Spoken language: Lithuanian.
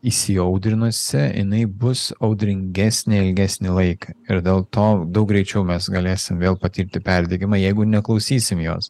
įsiaudrinusi jinai bus audringesnė ilgesnį laiką ir dėl to daug greičiau mes galėsim vėl patirti perdegimą jeigu neklausysim jos